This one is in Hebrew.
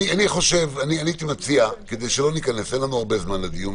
אין לנו הרבה זמן לדיון,